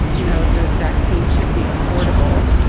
you know, the vaccine should be affordable.